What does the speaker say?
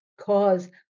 cause